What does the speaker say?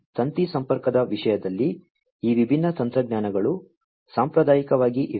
ತಂತಿ ಸಂಪರ್ಕದ ವಿಷಯದಲ್ಲಿ ಈ ವಿಭಿನ್ನ ತಂತ್ರಜ್ಞಾನಗಳು ಸಾಂಪ್ರದಾಯಿಕವಾಗಿ ಇವೆ